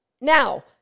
Now